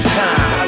time